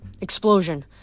Explosion